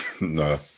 No